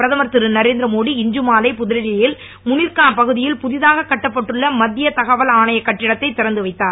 பிரதமர் திருநரேந்திரமோடி இன்று புதுடெல்லியில் முனிர்கா பகுதியில் புதிதாக கட்டப்பட்டுன்ள மத்திய தகவல் ஆணையக் கட்டிடத்தை திறந்து வைக்கிறார்